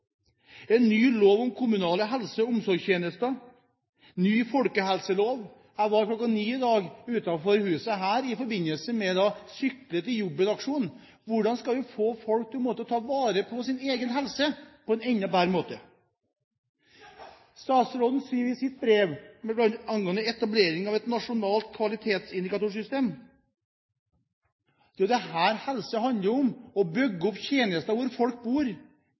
en ny lov om kommunale helse- og omsorgstjenester, en ny folkehelselov. Jeg var kl. 9 i dag utenfor huset her i forbindelse med Sykle til jobben-aksjonen som går på hvordan man skal få folk til å ta vare på sin egen helse på en enda bedre måte. Statsråden viser bl.a. i sitt brev til etablering av et nasjonalt kvalitetsindikatorsystem. Det er jo det helse handler om: å bygge opp tjenester der hvor folk bor